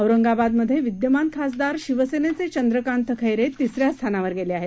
औरंगाबादमधे विद्यमान खासदार शिवसेनेचे चंद्रकात खैरे तिस या स्थानावर गेले आहेत